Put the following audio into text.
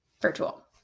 virtual